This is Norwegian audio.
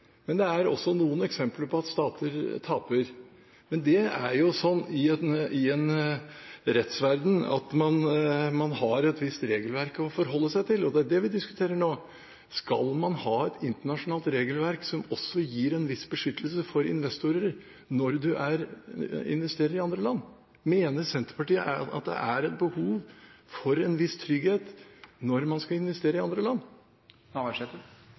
men det er også noen eksempler på at stater taper. Men det er jo sånn i en rettsverden at man har et visst regelverk å forholde seg til, og det er det vi diskuterer nå. Skal man ha et internasjonalt regelverk som også gir en viss beskyttelse for investorer når man investerer i andre land? Mener Senterpartiet at det er behov for en viss trygghet når man skal investere i andre land?